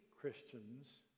Christians